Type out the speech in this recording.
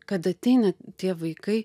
kad ateina tie vaikai